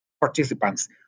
participants